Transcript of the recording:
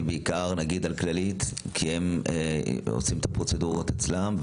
בעיקר על כללית כי הם עושים את הפרוצדורות אצלם,